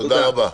תודה רבה.